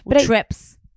trips